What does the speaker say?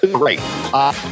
great